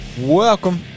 Welcome